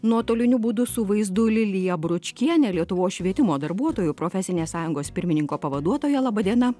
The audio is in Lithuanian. nuotoliniu būdu su vaizdu lilija bručkienė lietuvos švietimo darbuotojų profesinės sąjungos pirmininko pavaduotoja laba diena